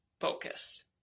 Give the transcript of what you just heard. focused